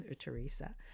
Teresa